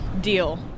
deal